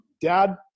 dad